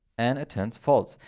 and it turns false.